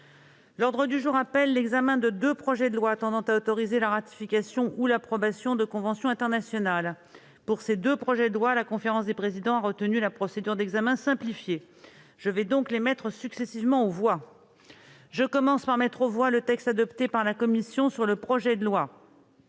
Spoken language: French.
L'ordre du jour appelle l'examen de deux projets de loi tendant à autoriser la ratification ou l'approbation de conventions internationales. Pour ces deux projets de loi, la conférence des présidents a retenu la procédure d'examen simplifié. Je vais donc les mettre successivement aux voix. Je mets aux voix le texte adopté par la commission sur ce projet de loi,